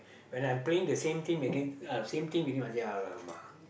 when I'm playing the same team against uh same team with him I say !alamak!